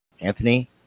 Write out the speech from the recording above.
Anthony